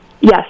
Yes